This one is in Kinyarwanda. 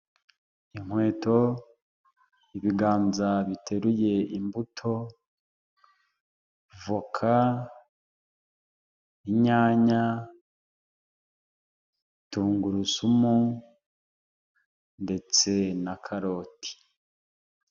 Inkweto, ibiganza biteruye imbuto, voka, inyanya, tungurusumu ndetse na karoti.